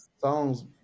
songs